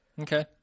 Okay